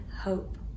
hope